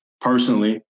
personally